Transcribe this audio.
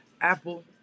Apple